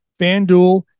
FanDuel